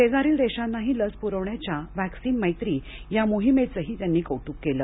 शेजारील देशांनाही लस पुरविण्याच्या व्हॅक्सिन मैत्री या मोहिमेचंही त्यांनी कौतुक केलं